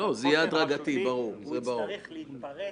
הוא יצטרך להתפרס.